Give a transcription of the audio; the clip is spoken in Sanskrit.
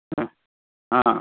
ह आ